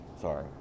sorry